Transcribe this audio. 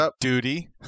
duty